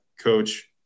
coach